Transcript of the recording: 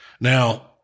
Now